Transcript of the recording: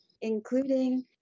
including